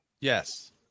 Yes